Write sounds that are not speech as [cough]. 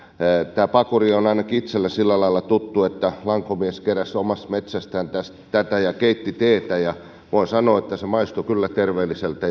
pakuri on ainakin itselleni sillä lailla tuttu että lankomies keräsi omasta metsästään tätä ja keitti teetä ja voin sanoa että se maistui kyllä terveelliseltä [unintelligible]